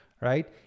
Right